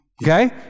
Okay